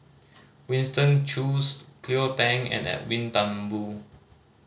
Winston Choos Cleo Thang and Edwin Thumboo